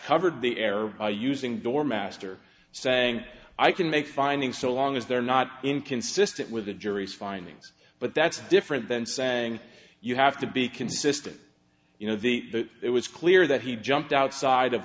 covered the error by using door master saying i can make findings so long as they're not inconsistent with the jury's findings but that's different than saying you have to be consistent you know the it was clear that he jumped outside of